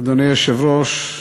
אדוני היושב-ראש,